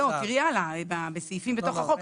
תראו הלאה בסעיפי החוק.